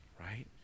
right